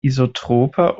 isotroper